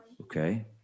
Okay